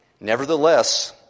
Nevertheless